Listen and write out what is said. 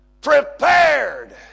Prepared